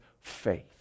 faith